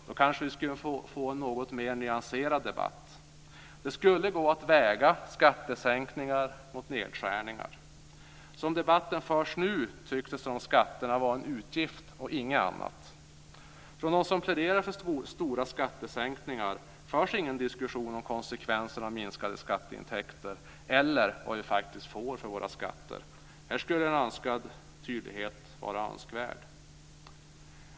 Då kanske vi skulle få en något mer nyanserad debatt. Det skulle gå att väga skattesänkningar mot nedskärningar. Som debatten förs nu tycks det som om skatterna var en utgift och inget annat. Från dem som pläderar för stora skattesänkningar förs ingen diskussion om konsekvenserna av minskade skatteintäkter eller om vad vi faktiskt får för våra skatter. Här skulle en ökad tydlighet vara önskvärd.